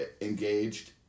engaged